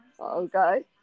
Okay